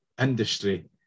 industry